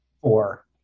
Four